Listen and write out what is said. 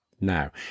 now